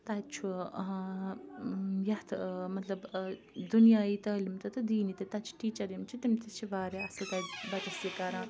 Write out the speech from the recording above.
تَتہِ چھُ یَتھ مطلب دُنیایی تعلیٖم تہِ تہٕ دیٖنی تہِ تَتہِ چھِ ٹیٖچَر یِم چھِ تِم تہِ چھِ واریاہ اَصٕل تَتہِ بَچَس یہِ کَران